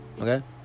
Okay